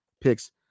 Picks